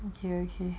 okay okay